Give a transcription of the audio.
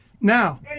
Now